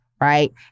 right